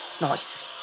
Nice